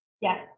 Yes